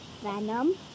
venom